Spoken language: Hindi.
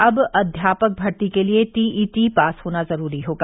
अब अध्यापक भर्ती के लिये टीईटी पास होना जरूरी होगा